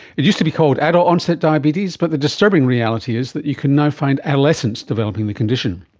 it used to be called adult onset diabetes, but the disturbing reality is that you can now find adolescents developing the condition.